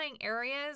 areas